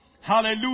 Hallelujah